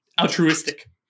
altruistic